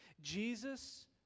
Jesus